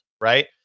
right